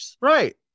Right